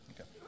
okay